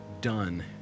done